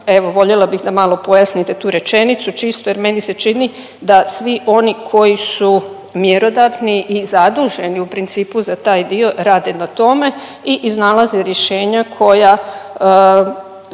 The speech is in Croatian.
evo voljela bih da malo pojasnite tu rečenicu čisto jer meni se čini da svi oni koji su mjerodavni i zaduženi u principu za taj dio, rade na tome i iznalaze rješenja koja,